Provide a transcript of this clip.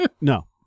No